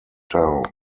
town